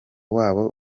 wabo